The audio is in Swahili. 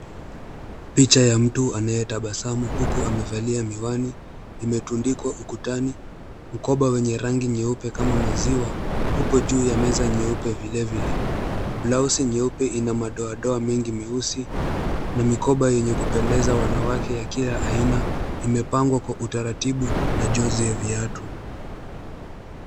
Picha ya mtu anayetabasamu huku amevalia miwani imetundikwa ukutani. Mkoba wenye rangi nyeupe kama maziwa upo juu ya meza nyeupe vile vile. Blauzi nyeupe ina madoadoa mengi meusi. Na mikoba yenye kupendeza wanawake ya kila aina imepangwa kwa utaratibu na jozi ya viatu.